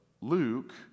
Luke